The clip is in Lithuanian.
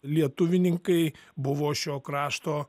lietuvininkai buvo šio krašto